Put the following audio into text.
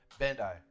Bandai